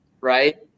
Right